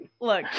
look